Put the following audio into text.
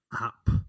Up